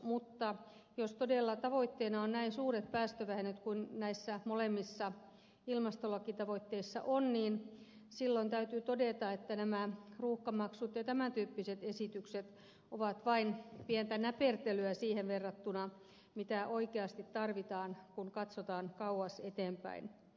mutta jos todella tavoitteena on näin suuret päästövähennykset kuten näissä molemmissa ilmastolakitavoitteissa on niin silloin täytyy todeta että nämä ruuhkamaksut ja tämän tyyppiset esitykset ovat vain pientä näpertelyä siihen verrattuna mitä oikeasti tarvitaan kun katsotaan kauas eteenpäin